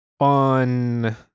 on